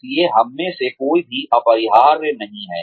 इसलिए हममें से कोई भी अपरिहार्य नहीं है